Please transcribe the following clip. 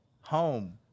home